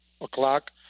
o'clock